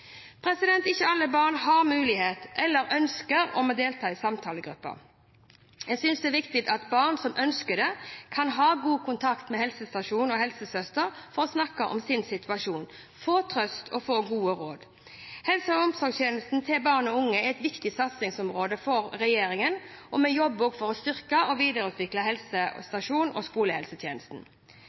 Ikke alle barn har mulighet til eller ønsker om å delta i en samtalegruppe. Jeg synes det er viktig at barn som ønsker det, kan ha god kontakt med helsestasjon og helsesøster og få snakke om sin situasjon, få trøst og få gode råd. Helse- og omsorgstjenester til barn og unge er et viktig satsingsområde for regjeringen, og vi jobber for å styrke og videreutvikle helsestasjons- og